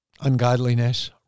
ungodliness